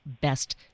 best